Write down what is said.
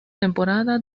temporada